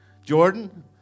Jordan